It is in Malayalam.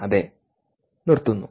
അതെ നിർത്തുന്നു